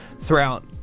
throughout